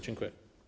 Dziękuję.